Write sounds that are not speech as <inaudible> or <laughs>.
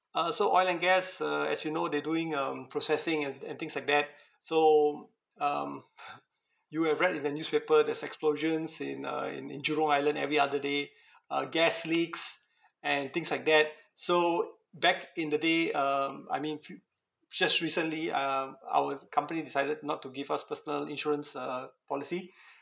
uh so oil and gas uh as you know they doing um processing and and things like that so um <laughs> you have read in the newspaper there's explosions in uh in in jurong island every other day uh gas leaks and things like that so back in the day um I mean few just recently um our company decided not to give us personal insurance uh policy